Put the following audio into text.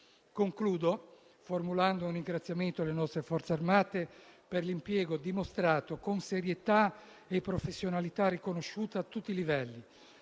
altresì formulare un ringraziamento alle nostre Forze armate per l'impegno dimostrato con serietà e professionalità riconosciuta a tutti i livelli,